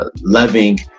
Loving